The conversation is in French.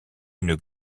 une